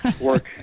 work